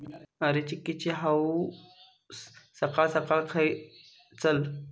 अरे, चिंकिची आऊस सकाळ सकाळ खंय चल्लं?